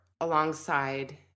alongside